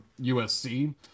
USC